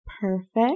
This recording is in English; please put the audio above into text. perfect